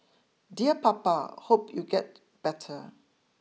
dear Papa hope you get better